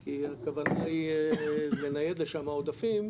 כי הכוונה היא לנייד לשמה עודפים,